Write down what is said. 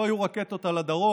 לא היו רקטות על הדרום.